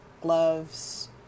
gloves